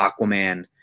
Aquaman